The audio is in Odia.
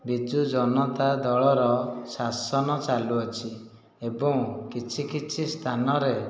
ବିଜୁଜନତା ଦଳର ଶାସନ ଚାଲୁଅଛି ଏବଂ କିଛି କିଛି ସ୍ଥାନରେ